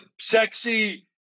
sexy